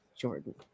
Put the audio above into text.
Jordan